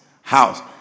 house